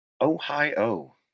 Ohio